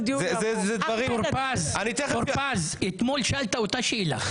טור פז, אתמול שאלת אותה שאלה.